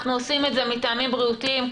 אנחנו עושים את זה מטעמים בריאותיים.